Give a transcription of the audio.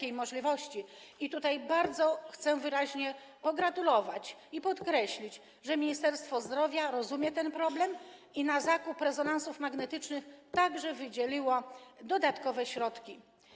I tutaj bardzo chcę pogratulować i podkreślić, że Ministerstwo Zdrowia rozumie ten problem i na zakup rezonansów magnetycznych także wydzieliło dodatkowe środki.